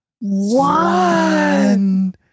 one